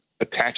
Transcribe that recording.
attach